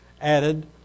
added